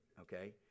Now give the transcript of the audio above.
okay